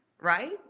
Right